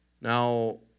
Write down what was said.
Now